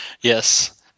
Yes